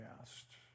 asked